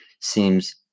seems